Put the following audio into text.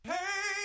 Hey